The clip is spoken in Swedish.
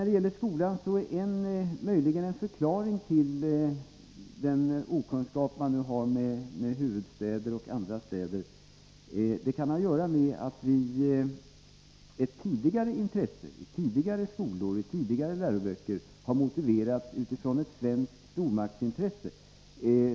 Den okunskap som i skolan finns när det gäller huvudstäder och andra städer kan möjligen ha att göra med att den uppmärksamhet som Baltikum tidigare ägnades i skolor och läroböcker motiverades av ett svenskt stormaktsintresse.